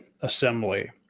assembly